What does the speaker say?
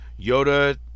Yoda